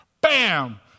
Bam